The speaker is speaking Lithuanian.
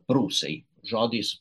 prūsai žodis